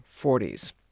40s